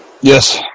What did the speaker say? Yes